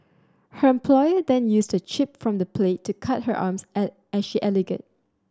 her employer then used a chip from the plate to cut her arms I I she alleged